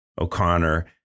O'Connor